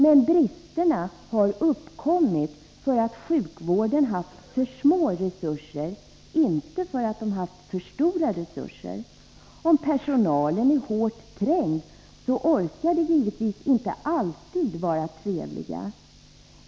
Men bristerna har uppkommit för att sjukvården haft för små resurser, inte därför att den haft för stora resurser. Om de som arbetar inom sjukvården är hårt trängda orkar de givetvis inte alltid vara trevliga.